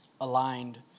aligned